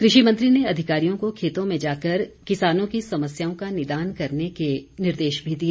कृषि मंत्री ने अधिकारियों को खेतों में जाकर किसानों की समस्याओं का निदान करने के निर्देश भी दिए